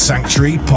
Sanctuary